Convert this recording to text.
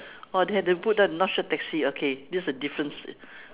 oh they had to put there north shore taxi okay this is a difference